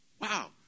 Wow